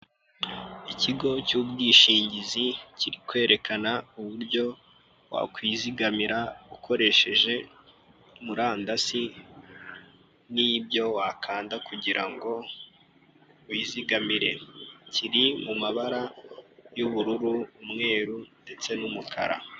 Ikigo cy'ubwishingizi kiri kwerekana uburyo wakwizigamira ukoresheje murandasi n'ibyo wakanda kugira ngo wizigamire. Kiri mu mabara y'ubururu, umweru ndetse n'umukara.